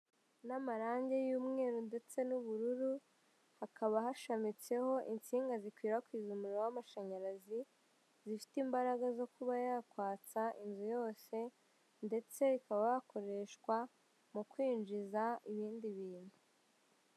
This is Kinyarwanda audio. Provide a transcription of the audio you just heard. Ni amarangi y'umweru ndetse n'ubururu hakaba hashamitseho inshinga zikwirakwiza umuriro w'amashanyarazi, zifite imbaraga zo kuba yakwatsa inzu yose ndetse ikaba hakoreshwa mu kwinjiza ibindi bintu.